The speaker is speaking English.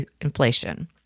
inflation